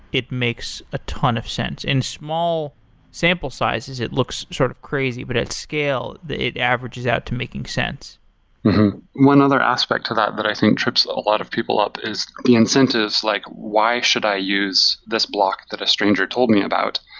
it makes a ton of sense. in small sample sizes, it looks sort of crazy. but at scale, it averages out to making sense one other aspect to that that i think trips a lot of people up is the incentives, like, why should i use this block that a stranger told me about?